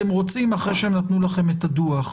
אתם רוצים, אחרי שהם נתנו לה את הדוח,